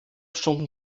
stunden